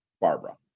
Barbara